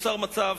נוצר מצב,